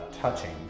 touching